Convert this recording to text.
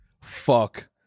fuck